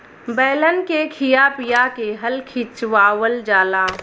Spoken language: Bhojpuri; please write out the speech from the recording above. बैलन के खिया पिया के हल खिचवावल जाला